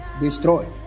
destroy